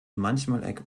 manchmal